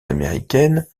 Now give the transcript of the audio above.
américaine